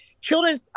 children